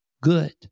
good